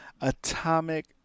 Atomic